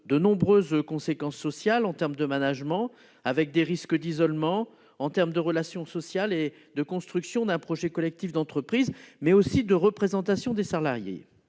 de nombreuses conséquences sociales en termes de management, avec des risques d'isolement, en termes de relations sociales et de construction d'un projet collectif d'entreprise, mais aussi de représentation des salariés.